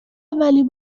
اولین